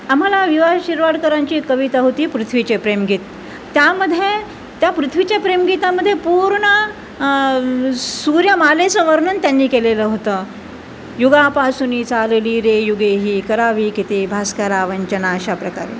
आम्हाला वि वा शिरवाडकरांची एक कविता होती पृथ्वीचे प्रेमगीत त्यामध्ये त्या पृथ्वीच्या प्रेमगीतामध्ये पूर्ण सूर्यमालेचं वर्णन त्यांनी केलेलं होतं युगापासून चालली रे युगे ही करावी किती भास्करा वंचना अशाप्रकारे